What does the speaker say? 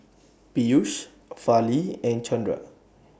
Peyush Fali and Chandra